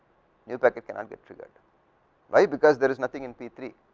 new packet cannot get trigger why because, there is nothing in p three,